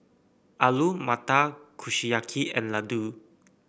Alu Matar Kushiyaki and Ladoo